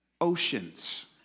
Oceans